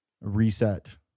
Reset